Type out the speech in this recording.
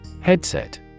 Headset